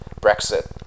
Brexit